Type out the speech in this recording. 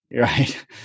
Right